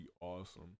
awesome